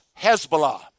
Hezbollah